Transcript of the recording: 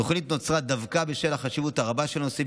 התוכנית נוצרה דווקא בשל החשיבות הרבה של הנושא,